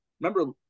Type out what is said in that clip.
remember